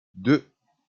deux